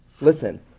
Listen